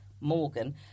Morgan